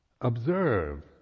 observe